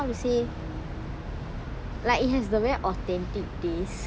how to say like it has the very authentic taste